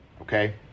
okay